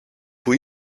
που